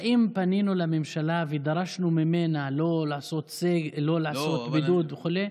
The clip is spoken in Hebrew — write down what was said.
האם פנינו לממשלה ודרשנו ממנה לא לעשות בידוד וכו'?